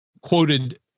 quoted